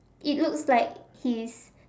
it looks like he is